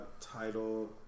Title